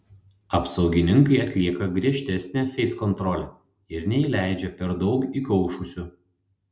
apsaugininkai atlieka griežtesnę feiskontrolę ir neįleidžia per daug įkaušusių